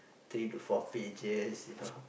three to four pages you know